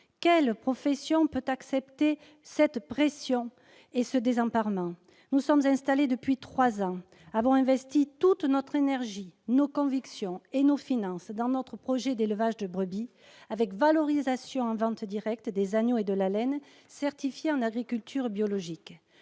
Quelle profession peut accepter cette pression ? Nous sommes désemparés. « Nous sommes installés depuis trois ans ; nous avons investi toute notre énergie, nos convictions et nos finances dans notre projet d'élevage de brebis avec valorisation en vente directe des agneaux et de la laine, certifiés en agriculture biologique.